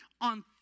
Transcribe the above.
on